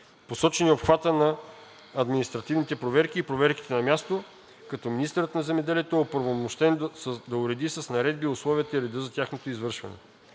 Посочен е обхватът на административните проверки и проверките на място, като министърът на земеделието е оправомощен да уреди с наредби условията и реда за тяхното извършване.